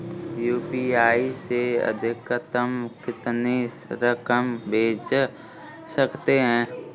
UPI से अधिकतम कितनी रकम भेज सकते हैं?